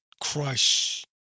crush